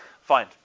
Fine